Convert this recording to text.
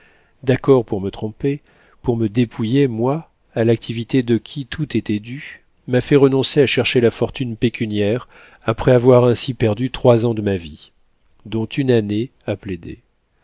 d'accord pour me tromper pour me dépouiller moi à l'activité de qui tout était dû m'a fait renoncer à chercher la fortune pécuniaire après avoir ainsi perdu trois ans de ma vie dont une année